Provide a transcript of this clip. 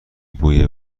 بوی